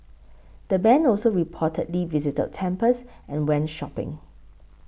the band also reportedly visited temples and went shopping